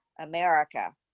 America